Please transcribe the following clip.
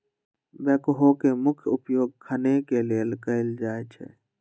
backhoe के मुख्य उपयोग खने के लेल कयल जाइ छइ